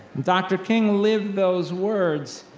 dr. king lived those words,